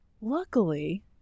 luckily